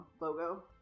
logo